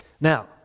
Now